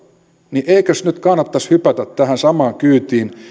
niin eikös nyt kannattaisi hypätä tähän samaan kyytiin